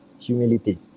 Humility